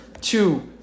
two